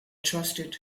trusted